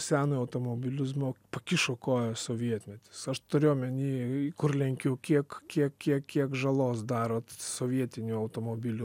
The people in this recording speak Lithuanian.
senojo automobilizmo pakišo koją sovietmetis aš turiu omeny kur lenkiu kiek kiek kiek kiek žalos darot sovietinių automobilių